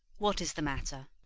what is the matter?